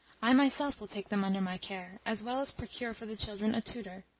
i myself will take them under my care, as well as procure for the children a tutor.